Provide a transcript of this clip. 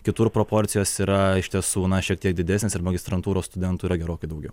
kitur proporcijos yra iš tiesų šiek tiek didesnės ir magistrantūros studentų yra gerokai daugiau